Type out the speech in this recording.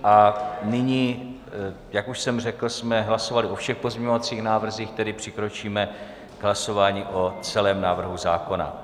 A nyní jak už jsem řekl, jsme hlasovali o všech pozměňovacích návrzích, tedy přikročíme k hlasování o celém návrhu zákona.